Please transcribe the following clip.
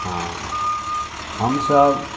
हँ हमसभ